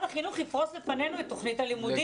החינוך יפרוס בפנינו את תוכנית הלימודים.